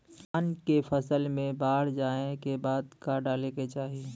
धान के फ़सल मे बाढ़ जाऐं के बाद का डाले के चाही?